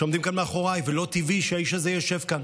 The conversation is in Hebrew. שעומדים כאן מאחוריי, ולא טבעי שהאיש הזה ישב כאן.